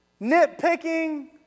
nitpicking